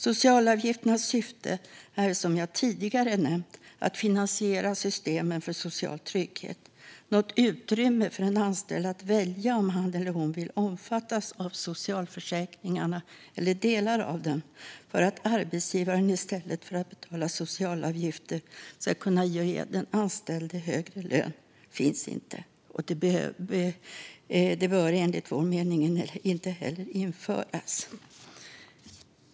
Socialavgifternas syfte är som jag tidigare nämnt att finansiera systemen för social trygghet. Något utrymme för en anställd att välja om han eller hon vill omfattas av socialförsäkringarna eller delar av dem, för att arbetsgivaren i stället för att betala socialavgifter ska kunna ge den anställde högre lön, finns inte. Det bör enligt vår mening inte heller införas.